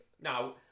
now